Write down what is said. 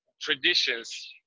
traditions